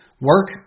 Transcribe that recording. Work